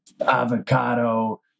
avocado